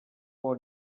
por